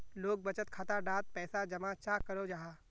लोग बचत खाता डात पैसा जमा चाँ करो जाहा?